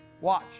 watch